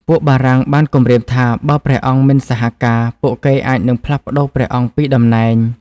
ពួកបារាំងបានគំរាមថា បើព្រះអង្គមិនសហការ ពួកគេអាចនឹងផ្លាស់ប្ដូរព្រះអង្គពីតំណែង។